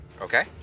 Okay